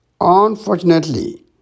Unfortunately